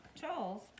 Charles